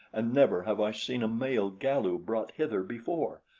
and never have i seen a male galu brought hither before,